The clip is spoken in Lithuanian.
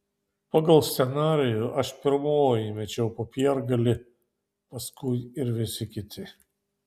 pagal scenarijų aš pirmoji mečiau popiergalį paskui ir visi kiti